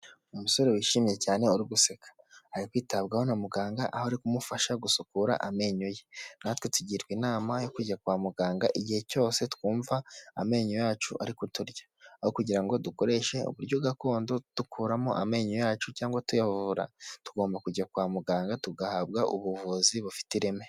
Umusore wishimye cyane uri guseka ari kwitabwaho na muganga aho ari kumufasha gusukura amenyo ye, natwe tugirwa inama yo kujya kwa muganga igihe cyose twumva amenyo yacu ari ku turya, aho kugira ngo dukoreshe uburyo gakondo dukuramo amenyo yacu cyangwa tuyabohora tugomba kujya kwa muganga tugahabwa ubuvuzi bufite ireme.